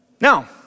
Now